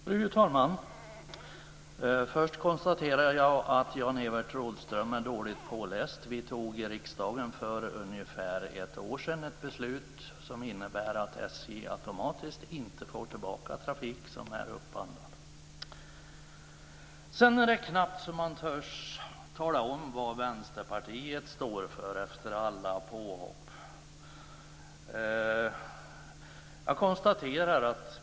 Fru talman! Jag vill först konstatera att Jan-Evert Rådhström är dåligt påläst. För ungefär ett år sedan fattade riksdagen ett beslut som innebar att SJ automatiskt inte får tillbaka trafik som är upphandlad. Efter alla påhopp är det knappt att man törs tala om vad Vänsterpartiet står för.